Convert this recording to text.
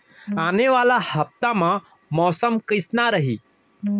आने वाला हफ्ता मा मौसम कइसना रही?